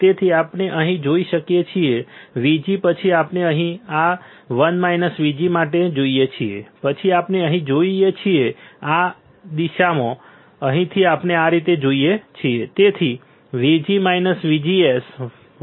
તેથી આપણે અહીંથી જઈએ છીએ VG પછી આપણે અહીં આ 1 VGS માટે જઈએ છીએ પછી આપણે અહીં જઈએ છીએ અહીં આ દિશામાં અહીંથી આપણે આ રીતે જઈએ છીએ